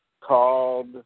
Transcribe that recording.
called